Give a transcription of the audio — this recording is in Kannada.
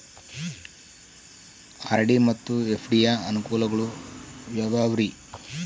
ಆರ್.ಡಿ ಮತ್ತು ಎಫ್.ಡಿ ಯ ಅನುಕೂಲಗಳು ಯಾವ್ಯಾವುರಿ?